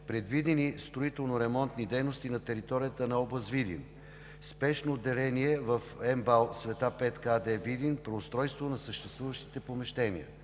Предвидени строително-ремонтни дейности на територията на област Видин: Спешно отделение в МБАЛ „Света Петка“ АД – Видин – преустройство на съществуващите помещения;